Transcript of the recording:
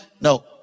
No